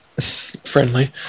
friendly